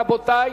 רבותי,